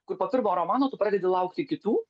kur po pirmo romano tu pradedi laukti kitų